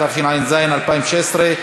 התשע"ז 2016,